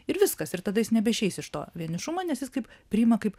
ir viskas ir tada jis nebeišeis iš to vienišumą nes jis kaip priima kaip